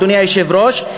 אדוני היושב-ראש,